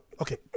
okay